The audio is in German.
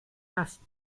lassen